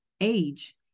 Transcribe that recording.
age